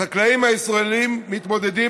החקלאים הישראלים מתמודדים,